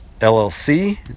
LLC